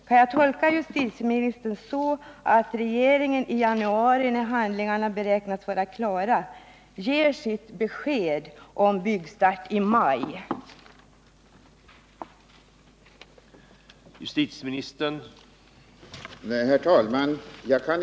Kan jag tolka justitieministerns svar så att regeringen i januari, när projekteringshandlingarna beräknas vara klara, ger sitt besked om byggstart i Nr 46